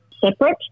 separate